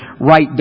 right